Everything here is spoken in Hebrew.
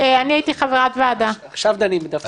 אני הייתי חברת ועדה, עכשיו דנים ברצינות.